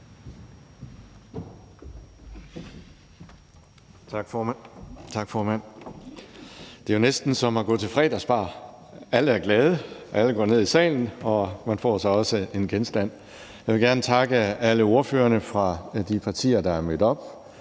(DF): Tak, formand. Det er jo næsten som at gå til fredagsbar. Alle er glade, alle går ned i salen, og man får sig også en genstand. Jeg vil gerne takke alle ordførerne fra de partier, der er mødt op,